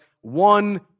one